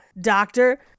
doctor